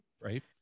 Right